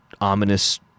ominous